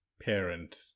parent